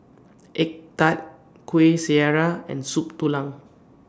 Egg Tart Kuih Syara and Soup Tulang